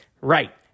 right